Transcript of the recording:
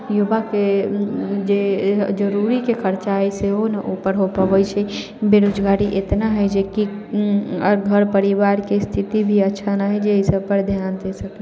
युवाके जे जरूरीके खर्चा अइ सेहो नहि उपर हो पबै छै बेरोजगारी एतना हइ जेकि घर परिवारके स्थिति भी अच्छा नहि हइ जे एहि सबपर धिआन दऽ सकै